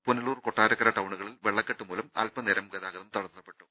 പുനലൂർ കൊട്ടാരക്കര ടൌണുകളിൽ വെള്ള ക്കെട്ടുമൂലം അൽപ്പനേരം ഗതാഗതം തടസ്സപ്പെട്ടു